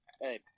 hey